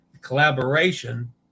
collaboration